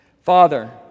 Father